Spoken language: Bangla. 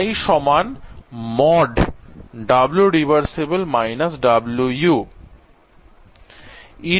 Wrev - Wu